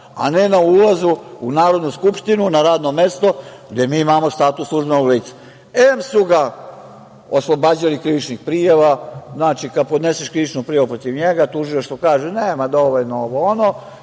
a ne na ulazu u Narodnu skupštinu, na radno mesto, gde mi imamo status službenog lica? Em su ga oslobađali krivičnih prijava, znači kad podneseš krivičnu prijavu protiv njega Tužilaštvo kaže – nema dovoljno dokaza,